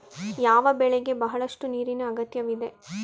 ಯಾವ ಬೆಳೆಗೆ ಬಹಳಷ್ಟು ನೀರಿನ ಅಗತ್ಯವಿದೆ?